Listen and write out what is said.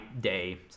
day